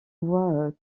voit